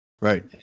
Right